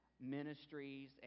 ministries